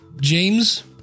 James